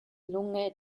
lunge